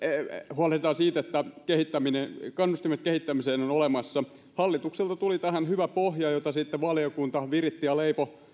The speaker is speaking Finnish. huolehditaan siitä että kannustimet kehittämiseen ovat olemassa hallitukselta tuli tähän hyvä pohja jota sitten valiokunta viritti ja leipoi